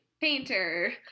painter